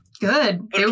Good